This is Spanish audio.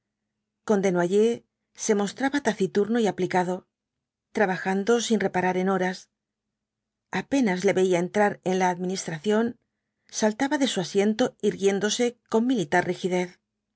con desnoyers se mostraba taciturno y aplicado trabajando sin reparar en horas apenas le veía entrar en la administración saltaba de su asiento irguiéndose con militar rigidez